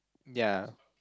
ya